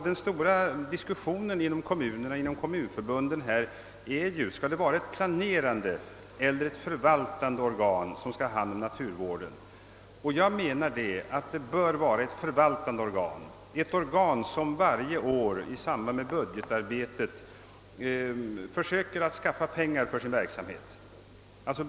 Den stora diskussionen inom kommunerna gäller om det skall vara ett planerande eller ett förvaltande organ, som skall ha hand om naturvården. Jag menar att det bör vara ett förvaltande organ, ett organ som varje år i samband med budgetarbetet försöker skaffa anslag för sin verksamhet.